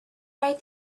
right